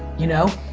you know?